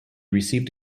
received